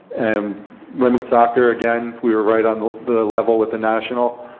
and women's soccer again we were right on the level with the national.